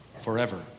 forever